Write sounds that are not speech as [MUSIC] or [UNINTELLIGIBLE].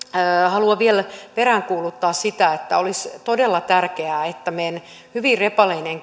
haluan vielä peräänkuuluttaa sitä että olisi todella tärkeää että meidän hyvin repaleisella [UNINTELLIGIBLE]